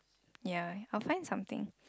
ya I'll find something